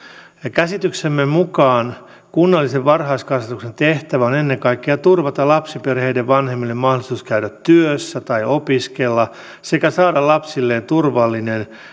käsityksemme mukaan kunnallisen varhaiskasvatuksen tehtävä on ennen kaikkea turvata lapsiperheiden vanhemmille mahdollisuus käydä työssä tai opiskella sekä saada lapsilleen turvallinen ja